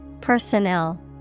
Personnel